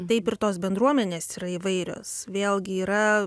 taip ir tos bendruomenės yra įvairios vėlgi yra